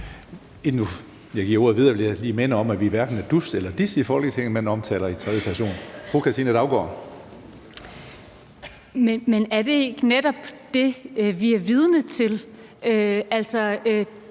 Men er det ikke netop det, vi er vidne til?